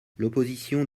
l’opposition